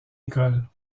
école